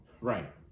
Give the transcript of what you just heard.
Right